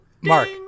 mark